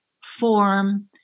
form